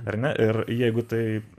ar ne ir jeigu taip